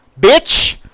bitch